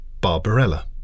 Barbarella